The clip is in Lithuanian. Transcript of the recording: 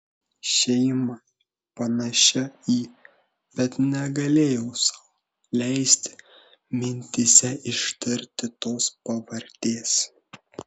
šeima panašia į bet negalėjau sau leisti mintyse ištarti tos pavardės